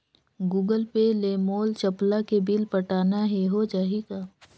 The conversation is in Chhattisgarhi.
गूगल पे ले मोल चपला के बिल पटाना हे, हो जाही का?